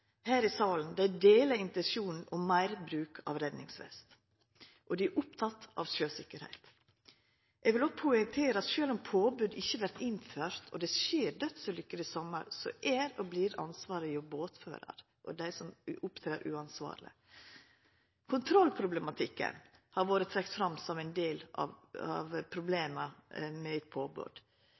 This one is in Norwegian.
her i salen deler intensjonen om meir bruk av redningsvest og er opptekne av sjøsikkerheit. Eg vil òg poengtera at sjølv om påbod ikkje vert innført, og det skjer dødsulykker i sumar, er og vert ansvaret hjå båtførar og dei som opptrer uansvarleg. Kontrollproblematikken har vore trekt fram som ein del av problema med påbod.